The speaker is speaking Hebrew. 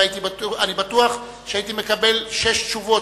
ואני בטוח שהייתי מקבל שש תשובות,